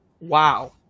wow